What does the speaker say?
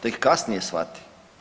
Tek kasnije shvati.